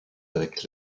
avec